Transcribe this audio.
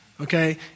okay